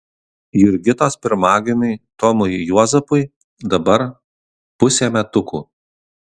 jurgitos pirmagimiui tomui juozapui dabar pusė metukų